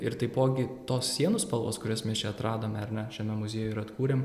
ir taipogi tos sienų spalvos kurias mes čia atradome ar ne šiame muziejuje ir atkūrėm